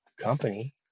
company